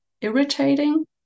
irritating